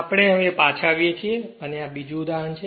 આપણે પાછા આવીએ છીએ અને આ બીજું ઉદાહરણ છે